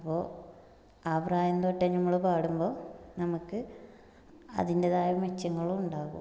അപ്പോൾ ആ പ്രായം തൊട്ടേ നമ്മൾ പാടുമ്പോൾ നമുക്ക് അതിൻറേതായ മെച്ചങ്ങളും ഉണ്ടാകും